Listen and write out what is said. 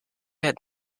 had